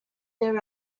there